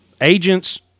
Agents